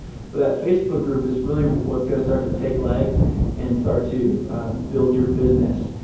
but that facebook group is really what's going to start to take legs and start to build your business.